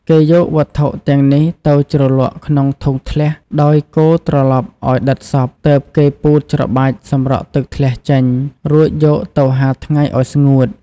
គេយកវត្ថុទាំំងនេះទៅជ្រលក់ក្នុងធុងធ្លះ ដោយកូរត្រឡប់ឱ្យដិតសព្វ ទើបគេពូតច្របាច់សម្រក់ទឹកធ្លះចេញ រួចយកទៅហាលថ្ងៃឱ្យស្ងួត។